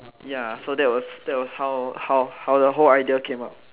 ya so that was that was how how the whole ideas came up